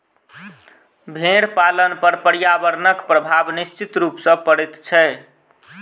भेंड़ पालन पर पर्यावरणक प्रभाव निश्चित रूप सॅ पड़ैत छै